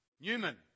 Newman